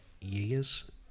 years